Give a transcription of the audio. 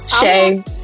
Shay